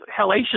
hellacious